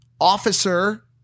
officer